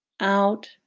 out